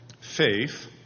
faith